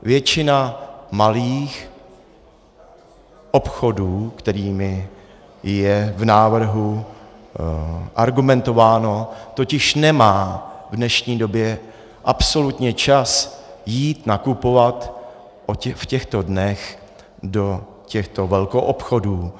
Většina malých obchodů, kterými je v návrhu argumentováno, totiž nemá v dnešní době absolutně čas jít nakupovat v těchto dnech do těchto velkoobchodů.